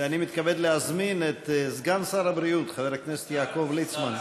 אני מתכבד להזמין את סגן שר הבריאות חבר הכנסת יעקב ליצמן.